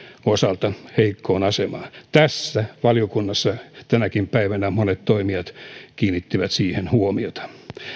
osalta heikkoon asemaan tähän valiokunnassa tänäkin päivänä monet toimijat kiinnittivät huomiota